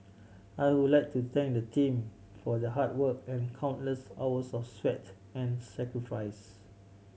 I would like to thank the team for their hard work and countless hours of sweat and sacrifice